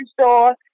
store